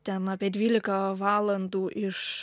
ten apie dvylika valandų iš